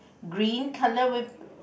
green colour with